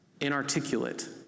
inarticulate